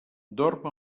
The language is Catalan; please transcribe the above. dorm